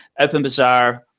OpenBazaar